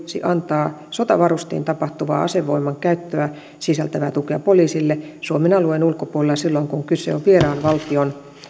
antaa sotavarustein tapahtuvaa asevoiman käyttöä sisältävää tukea poliisille suomen alueen ulkopuolella silloin kun kyse on vieraan valtion